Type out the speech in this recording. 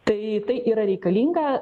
tai tai yra reikalinga